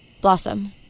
Blossom